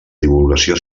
divulgació